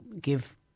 give